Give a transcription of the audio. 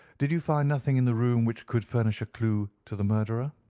did you find nothing in the room which could furnish a clue to the murderer?